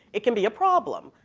it can be a problem.